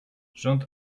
rząd